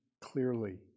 clearly